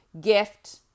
gift